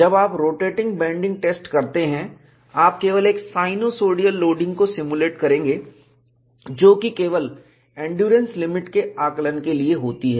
जब आप rotating bending test करते हैं आप केवल एक साइनयूसोडियल लोडिंग को सिमुलेट करेंगे जो कि केवल एंड्यूरेंस लिमिट के आकलन के लिए होती है